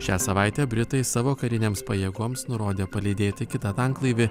šią savaitę britai savo karinėms pajėgoms nurodė palydėti kitą tanklaivį